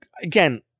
again